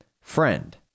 Friend